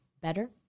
better